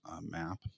map